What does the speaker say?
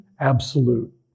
Absolute